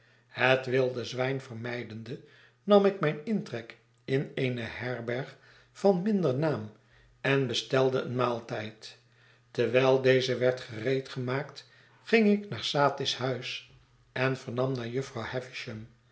het wilde zwijn vermijdende nam ik mijn intrek in eene herberg van minder naam en bestelde een maaltijd terwijl deze werd gereedgemaakt ging ik naar satis huis en vernam naar jufvrouw